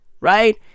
right